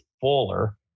fuller